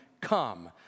come